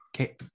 Okay